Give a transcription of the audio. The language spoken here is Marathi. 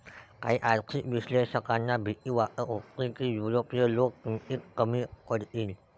काही आर्थिक विश्लेषकांना भीती वाटत होती की युरोपीय लोक किमतीत कमी पडतील